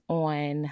on